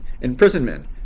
Imprisonment